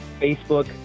Facebook